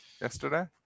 yesterday